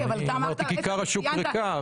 כיכר השוק ריקה.